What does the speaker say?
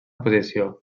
posició